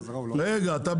לא.